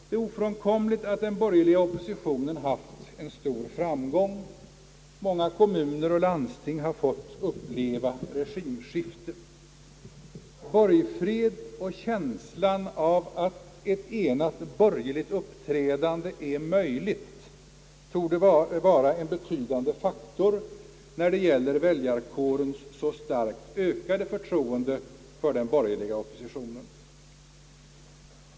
Det är ofrånkomligt att den borgerliga oppositionen haft en stor framgång. Många kommuner och landsting har fått uppleva regimskifte. Borgfred och känslan av att ett enat borgerligt uppträdande är möjligt torde vara en betydande faktor när det gäller väljarkårens så starkt ökade förtroende för den borgerliga oppositionen.